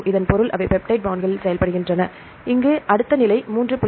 இதன் பொருள் அவை பெப்டைட் பாண்ட்களில் செயல்படுகின்றன இங்கு அடுத்த நிலை 3